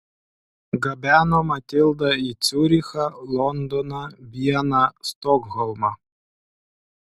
gabeno matildą į ciurichą londoną vieną stokholmą